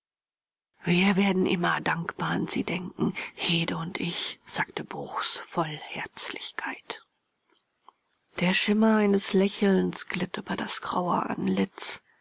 wir werden immer dankbar an sie denken hede und ich sagte bruchs voll herzlichkeit der schimmer eines lächelns glitt über das graue antlitz